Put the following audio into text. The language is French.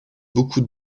beaucoup